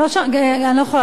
אני לא יכולה לדבר ככה.